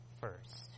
first